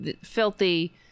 filthy